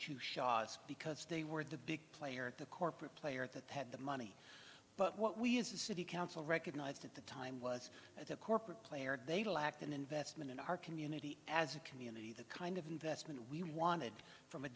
chew shots because they were the big player at the corporate player that had the money but what we as a city council recognized at the time was that the corporate player they lacked an investment in our community as a community the kind of investment we wanted from a